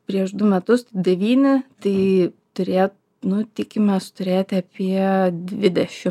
prieš du metus devyni tai turėjo nu tikimės turėti apie dvidešim